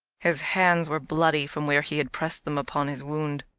his hands were bloody from where he had pressed them upon his wound.